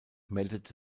meldete